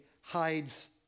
hides